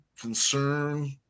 concern